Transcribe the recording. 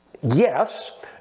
yes